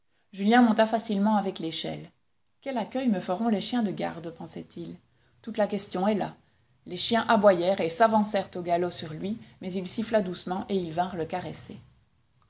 julien monta facilement avec l'échelle quel accueil me feront les chiens de garde pensait-il toute la question est là les chiens aboyèrent et s'avancèrent au galop sur lui mais il siffla doucement et ils vinrent le caresser